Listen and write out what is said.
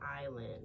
island